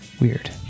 Weird